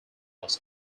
was